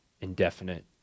indefinite